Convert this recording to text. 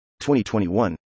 2021